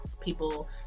people